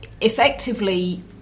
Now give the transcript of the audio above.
effectively